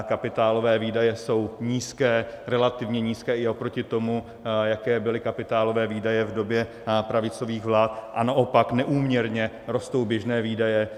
Kapitálové výdaje jsou nízké, relativně nízké i oproti tomu, jaké byly kapitálové výdaje v době pravicových vlád, a naopak neúměrně rostou běžné výdaje.